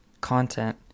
content